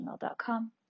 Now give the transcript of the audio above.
gmail.com